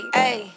hey